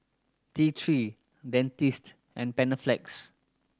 T Three Dentiste and Panaflex